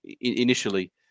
initially